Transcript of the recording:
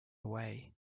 away